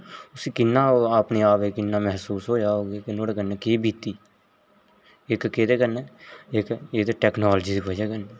उस्सी किन्ना आपने आप च किन्ना महसूस होया होग किन्ना नोह्ड़े कन्नै केह् बीती इक केह्दे कन्नै इक एह्दे टेक्नोलाजी दी वजहा कन्नै